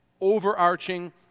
overarching